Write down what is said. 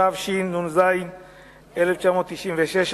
התשנ"ז 1996,